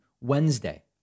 Wednesday